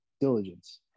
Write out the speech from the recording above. diligence